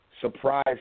surprise